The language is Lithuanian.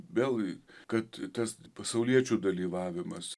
vėl kad tas pasauliečių dalyvavimas